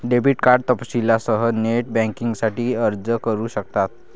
debit card तपशीलांसह net बँकिंगसाठी अर्ज करू शकतात